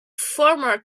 former